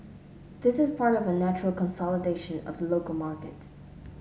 this is part of a natural consolidation of the local market